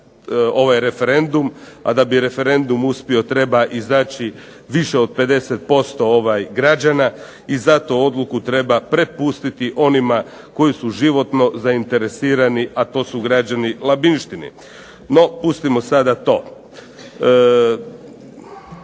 ovaj referendum, a da bi referendum uspio treba izaći više od 50% građana, i zato odluku treba prepustiti onima koji su životno zainteresirani a to su građani Labinjštine. NO, pustimo sada to.